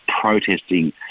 protesting